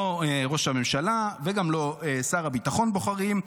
לא ראש הממשלה וגם לא שר הביטחון בוחרים,